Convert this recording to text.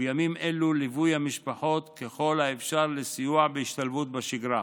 ובימים אלו ליווי המשפחות ככל האפשר לסיוע בהשתלבות בשגרה.